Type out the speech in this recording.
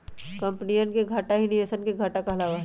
कम्पनीया के घाटा ही निवेशवन के घाटा कहलावा हई